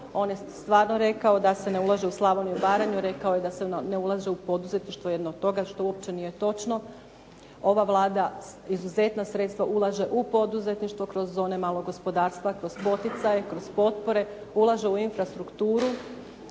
On je stvarno rekao da se ne ulaže u Slavoniju i Baranju. Rekao je da se ne ulaže u poduzetništvo, jedno od toga, što uopće nije točno. Ova Vlada izuzetna sredstva ulaže u poduzetništvo kroz zone malog gospodarstva, kroz poticaje, kroz potpore. Ulaže u infrastrukturu.